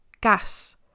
gas